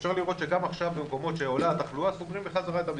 אפשר לראות שגם עכשיו במקומות שעולה התחלואה סוגרים בחזרה את המסעדות.